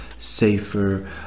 safer